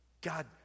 God